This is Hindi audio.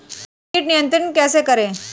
कीट नियंत्रण कैसे करें?